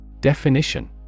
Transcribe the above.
Definition